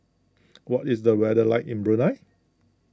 what is the weather like in Brunei